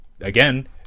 again